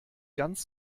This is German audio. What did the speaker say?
ganz